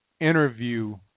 interview